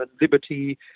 liberty